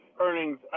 earnings